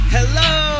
Hello